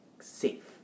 safe